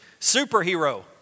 superhero